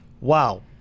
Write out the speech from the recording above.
wow